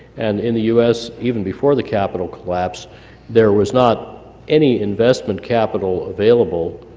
and in the u s. even before the capital collapse there was not any investment capital available.